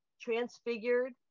transfigured